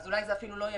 א אולי זה אפילו יהיה